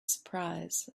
surprise